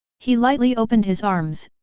he lightly opened his arms,